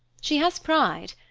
she has pride,